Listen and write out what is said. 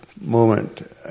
moment